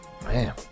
Man